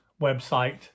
website